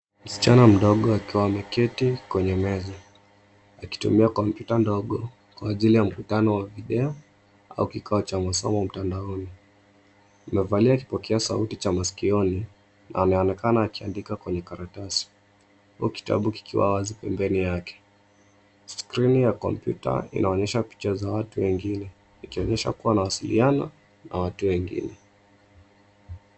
Msichana mdogo akiwa ameketi kwenye meza akitumia kompyuta ndogo Kwa ajili ya mkutano au kikao cha masomo mtandaoni. Amevalia kipokea sauti cha masikioni na anaonekana akiandika kwenye karatasi huku kitabu kikiwa wazi pembeni yake. Skrini ya kompyuta inaonyesha picha za watu wengine, ikionyesha kuwa anawasiliana na watu wengine.